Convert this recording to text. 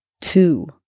two